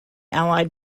allied